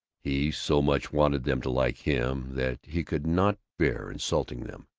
he so much wanted them to like him that he could not bear insulting them.